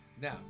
now